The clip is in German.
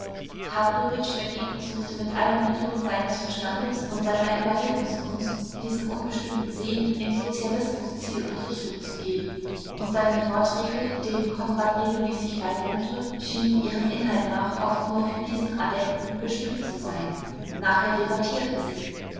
pawlowitsch dagegen suchte mit allen mitteln seines verstandes und seiner überredungskunst diesem unbestimmten sehnen im sozialismus ziel und richtung zu geben und seine vorträge denen konrad regelmäßig beiwohnte schienen ihrem inhalt nach oft nur für diesen adepten bestimmt zu sein nachher debattierten sie